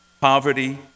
poverty